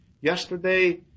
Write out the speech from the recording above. Yesterday